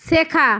শেখা